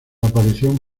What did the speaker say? aparición